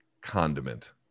condiment